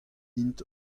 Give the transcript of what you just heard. int